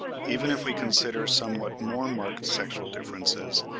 even if we consider somewhat more marked sexual differences,